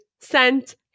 sent